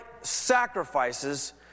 sacrifices